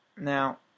Now